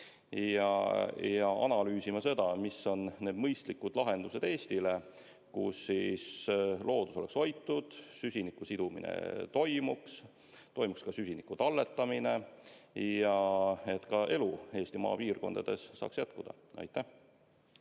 ja analüüsima, mis on need mõistlikud lahendused Eestile, mille korral loodus oleks hoitud, süsiniku sidumine toimuks, toimuks ka süsiniku talletamine ning et ka elu Eesti maapiirkondades saaks jätkuda. Nüüd